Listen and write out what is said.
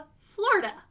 Florida